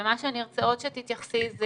ומה שאני ארצה עוד שתתייחסי זה